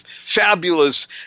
fabulous